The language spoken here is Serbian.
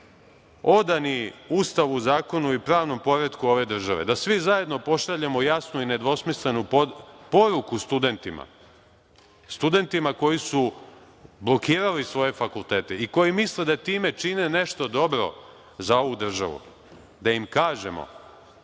odani Ustavu, zakonu i pravnom poretku ove države, da svi zajedno pošaljemo jasnu i nedvosmislenu poruku studentima, studentima koji su blokirali svoje fakultete i koji misle da time čine nešto dobro za ovu državu, da im kažemo